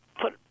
put